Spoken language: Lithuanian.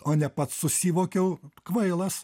o ne pats susivokiau kvailas